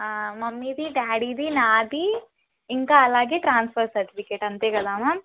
ఆ మమ్మీది డాడిది నాది ఇంకా అలాగే ట్రాన్స్ఫర్ సర్టిఫికేట్ అంతే కదా మామ్